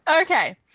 Okay